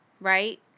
Right